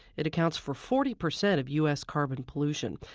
it accounts for forty percent of u s. carbon pollution.